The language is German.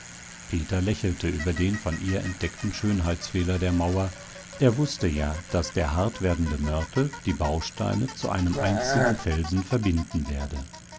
peter lächelte über den von ihr entdeckten schönheitsfehler der mauer er wußte ja daß der hart werdende mörtel die bausteine zu einem einzigen felsen verbinden werde